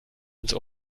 ins